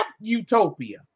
utopia